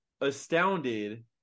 astounded